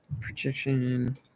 projection